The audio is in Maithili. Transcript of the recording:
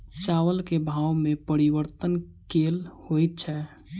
चावल केँ भाव मे परिवर्तन केल होइ छै?